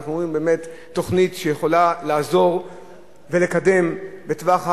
אנחנו רואים תוכנית שיכולה לעזור ולקדם לטווח הארוך,